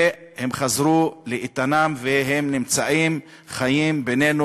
והם חזרו לאיתנם והם נמצאים חיים בינינו.